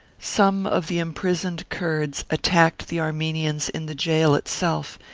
some of the imprisoned kurds attacked the armenians in the gaol itself,